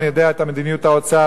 אני יודע את מדיניות האוצר,